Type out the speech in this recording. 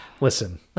Listen